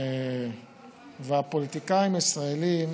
והפוליטיקאים הישראלים